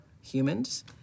humans